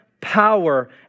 power